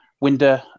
window